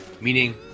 meaning